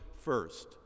first